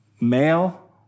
male